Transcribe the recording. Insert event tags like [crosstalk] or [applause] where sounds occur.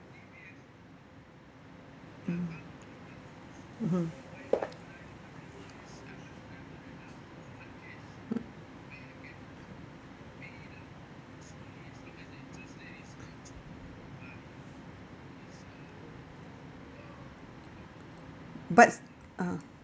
mm mmhmm [noise] mm but uh